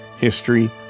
history